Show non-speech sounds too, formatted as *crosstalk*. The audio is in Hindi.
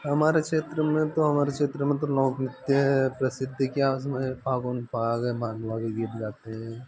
हमारे क्षेत्र में तो हमारे शेत्र में तो नौक *unintelligible* की आस में पागुन पाग है बान्वारी गीत गाते हैं